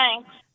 Thanks